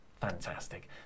Fantastic